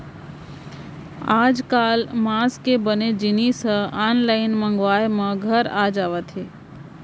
आजकाल मांस के बने जिनिस ह आनलाइन मंगवाए म घर आ जावत हे